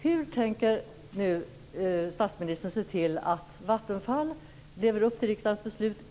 Hur tänker statsministern se till att Vattenfall lever upp till riksdagens beslut?